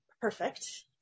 perfect